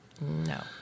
No